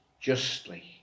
justly